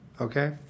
Okay